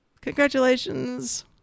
Congratulations